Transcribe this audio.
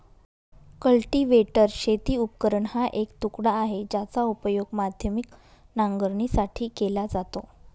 cultivator शेती उपकरण हा एक तुकडा आहे, ज्याचा उपयोग माध्यमिक नांगरणीसाठी केला जातो